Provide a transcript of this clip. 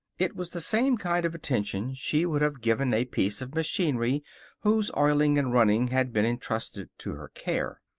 it was the same kind of attention she would have given a piece of machinery whose oiling and running had been entrusted to her care.